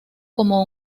como